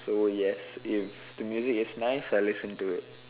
so yes if the music is nice I listen to it